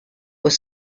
was